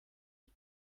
die